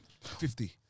Fifty